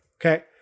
okay